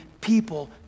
people